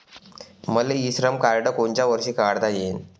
मले इ श्रम कार्ड कोनच्या वर्षी काढता येईन?